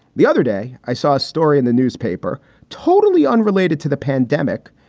the other day i saw a story in the newspaper totally unrelated to the pandemic.